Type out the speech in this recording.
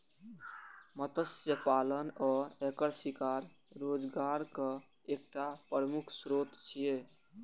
मत्स्य पालन आ एकर शिकार रोजगारक एकटा प्रमुख स्रोत छियै